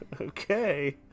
Okay